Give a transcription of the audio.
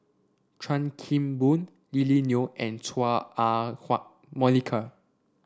Chan Kim Boon Lily Neo and Chua Ah Huwa Monica